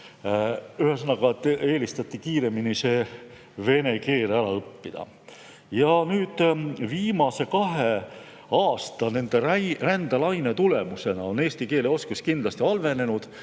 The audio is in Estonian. Ühesõnaga, eelistati kiiremini vene keel ära õppida. Ja nüüd viimase kahe aasta rändelaine tulemusena on eesti keele oskus kindlasti halvenenud.